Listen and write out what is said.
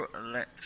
let